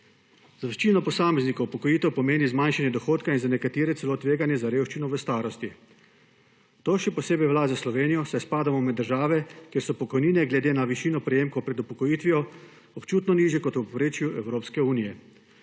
Za večino posameznikov upokojitev pomeni zmanjšanje dohodka in za nekatere celo tveganje za revščino v starosti. To še posebej velja za Slovenijo, saj spadamo med države, kjer so pokojnine glede na višino prejemkov pred upokojitvijo občutno nižje kot v povprečju Evropske unije.